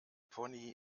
pony